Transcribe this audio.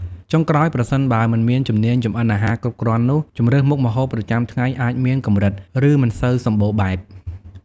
ចុងក្រោយ ប្រសិនបើមិនមានជំនាញចម្អិនអាហារគ្រប់គ្រាន់នោះ ជម្រើសមុខម្ហូបប្រចាំថ្ងៃអាចមានកម្រិត ឬមិនសូវសម្បូរបែប។